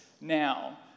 now